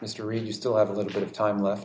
history you still have a little bit of time left